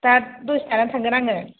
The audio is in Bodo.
दा दसे थानानै थांगोन आङो